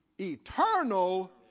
eternal